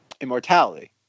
Immortality